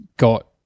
got